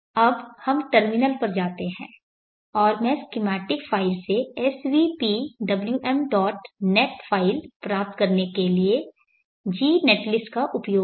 अब हम टर्मिनल पर जाते हैं और मैं स्कीमैटिक फ़ाइल से svpwmnet फ़ाइल प्राप्त करने के लिए gnetlist का उपयोग करूंगा